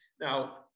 Now